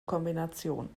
kombination